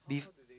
bef~